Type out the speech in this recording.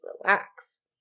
relax